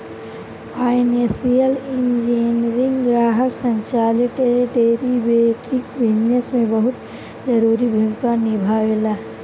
financial engineering ग्राहक संचालित derivative business में बहुत जरूरी भूमिका निभावेला